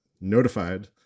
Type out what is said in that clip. notified